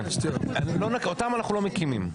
אותם אנחנו לא מקימים.